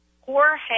Jorge